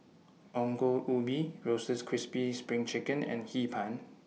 Ongol Ubi Roasted Crispy SPRING Chicken and Hee Pan